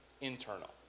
internal